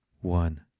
one